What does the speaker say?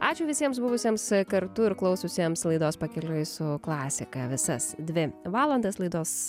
ačiū visiems buvusiems kartu ir klausiusiems laidos pakeliui su klasika visas dvi valandas laidos